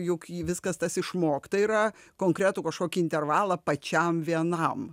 juk viskas tas išmokta yra konkretų kažkokį intervalą pačiam vienam